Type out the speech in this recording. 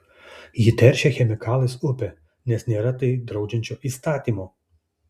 ji teršia chemikalais upę nes nėra tai draudžiančio įstatymo